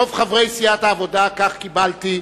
רוב חברי סיעת העבודה, כך קיבלתי.